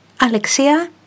Alexia